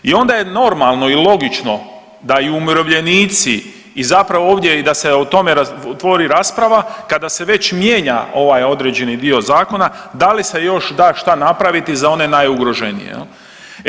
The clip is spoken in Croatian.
I onda je normalno i logično da i umirovljenici i zapravo ovdje da se o tome otvori rasprava, kada se već mijenja ovaj određeni dio Zakona, da li se još da šta napraviti za one najugroženije, je li?